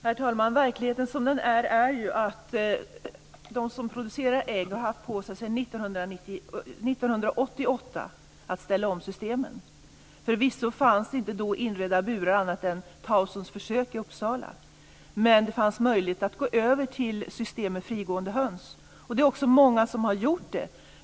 Herr talman! "Verkligheten som den är" - det är att de som producerar ägg har haft tid på sig sedan 1988 att ställa om systemen. Förvisso fanns det då inte några andra inredda burar än de som ingick i studier som leddes av Tauson i Uppsala, men man hade möjlighet att gå över till system med frigående höns. Det är också många som har gjort det.